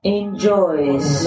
enjoys